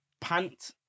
pant